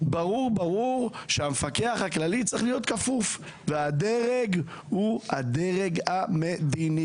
ברור שהמפקח הכללי צריך להיות כפוף לשר והדרג הוא הדרג המדיני.